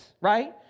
right